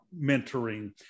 mentoring